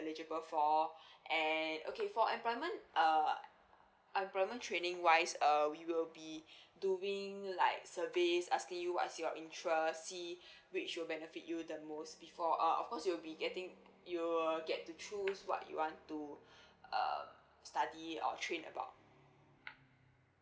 eligible for and okay for employment uh employment training wise uh we will be doing like service asking you what's your interest see which will benefit you the most before uh of course you'll be getting you will get to choose what you want to um study or train about